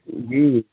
جی